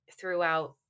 throughout